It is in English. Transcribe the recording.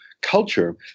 culture